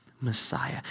Messiah